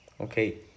Okay